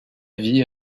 vie